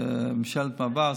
ממשלת מעבר.